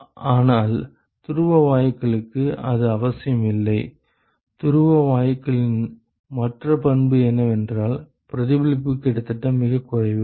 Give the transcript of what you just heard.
ஆனால் துருவ வாயுக்களுக்கு அது அவசியம் இல்லை துருவ வாயுக்களின் மற்ற பண்பு என்னவென்றால் பிரதிபலிப்பு கிட்டத்தட்ட மிகக் குறைவு